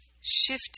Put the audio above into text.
shift